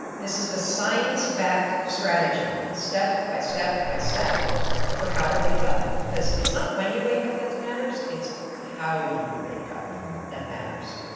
this is the science backed strategy step by step by step for how to wake up because it's not when you wake up that matters it's how you wake up that matters.